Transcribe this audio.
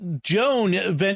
Joan